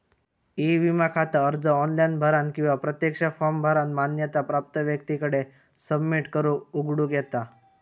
E विमा खाता अर्ज ऑनलाइन भरानं किंवा प्रत्यक्ष फॉर्म भरानं मान्यता प्राप्त व्यक्तीकडे सबमिट करून उघडूक येता